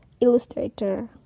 Illustrator